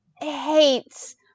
hates